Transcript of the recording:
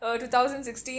2016